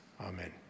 amen